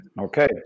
Okay